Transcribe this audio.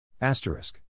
Asterisk